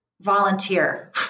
Volunteer